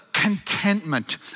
contentment